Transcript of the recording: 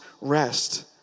rest